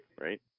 Right